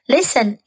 Listen